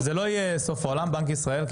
זה לא יהיה סוף העולם, בנק ישראל.